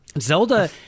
Zelda